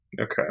Okay